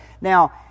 Now